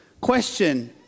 Question